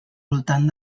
voltant